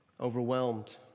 overwhelmed